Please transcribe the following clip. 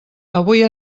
avui